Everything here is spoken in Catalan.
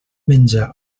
menja